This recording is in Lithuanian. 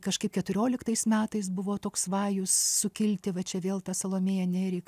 kažkaip keturioliktais metais buvo toks vajus sukilti va čia vėl ta salomėją nėrį